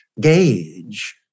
gauge